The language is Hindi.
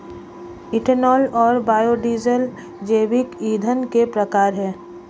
इथेनॉल और बायोडीज़ल जैविक ईंधन के प्रकार है